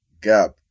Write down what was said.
GAP